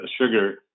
sugar